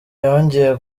yongeye